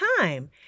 time